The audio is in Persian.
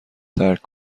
ترک